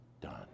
done